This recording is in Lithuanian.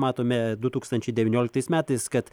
matome du tūkstančiai devynioliktais metais kad